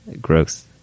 Gross